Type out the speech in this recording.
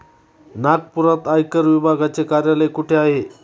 नागपुरात आयकर विभागाचे कार्यालय कुठे आहे?